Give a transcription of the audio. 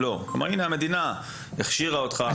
הינה המדינה הכשירה אותך.